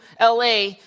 LA